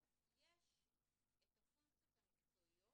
יש את הפונקציות המקצועיות